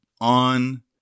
on